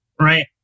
right